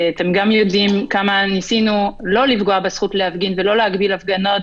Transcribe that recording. אתם גם יודעים כמה ניסינו לא לפגוע בזכות להפגין ולא להגביל הפגנות,